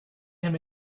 him